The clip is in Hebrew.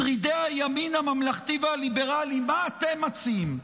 שרידי הימין הממלכתי והליברלי, מציעים?